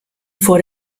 vor